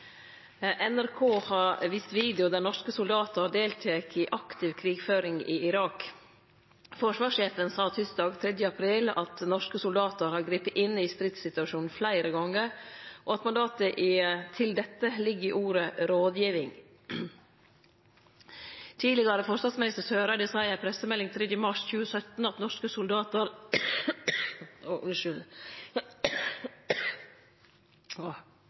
har vist video der norske soldatar deltek i aktiv krigføring i Irak. Forsvarssjefen sa tysdag 3. april at norske soldatar har gripe inn i stridssituasjonen fleire gonger, og at mandatet til dette ligg i ordet «rådgjeving». Tidlegare forsvarsminister Eriksen Søreide sa i ei pressemelding 3. mars 2017 at norske soldatar